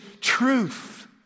truth